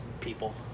people